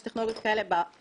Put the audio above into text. יש טכנולוגיות כאלה בעולם,